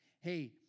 Hey